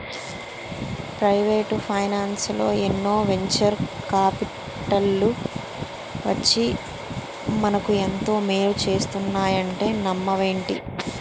Private ఫైనాన్సల్లో ఎన్నో venture కాపిటల్లు వచ్చి మనకు ఎంతో మేలు చేస్తున్నాయంటే నమ్మవేంటి?